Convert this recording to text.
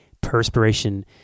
perspiration